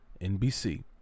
NBC